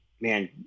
man